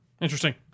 Interesting